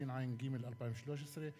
התשע"ג 2013,